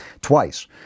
Twice